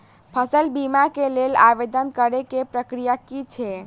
फसल बीमा केँ लेल आवेदन करै केँ प्रक्रिया की छै?